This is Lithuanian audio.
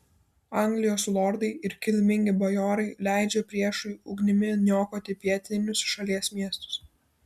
anglijos lordai ir kilmingi bajorai leidžia priešui ugnimi niokoti pietinius šalies miestus